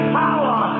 power